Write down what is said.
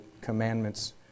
commandments